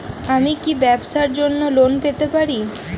আমি কি ব্যবসার জন্য লোন পেতে পারি?